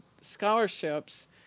scholarships